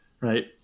Right